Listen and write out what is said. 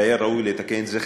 והיה ראוי לתקן את זה.